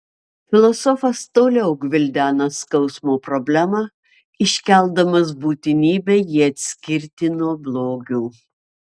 filosofas toliau gvildena skausmo problemą iškeldamas būtinybę jį atskirti nuo blogio